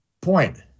point